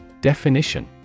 Definition